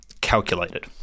calculated